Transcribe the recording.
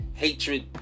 hatred